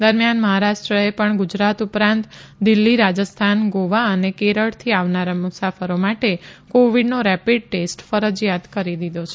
દરમિયાન મહારાષ્ટ્રવ એ પણ ગુજરાત ઉપરાંત દિલ્ફી રાજસ્થાન ગોવા અને કેરળથી આવનારા મુસાફરો માટે કોવિડનો રેપિડ ટેસ્ટ ફરજીયાત કરી દીધો છે